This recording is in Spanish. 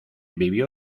vivió